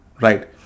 right